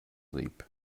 leap